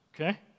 okay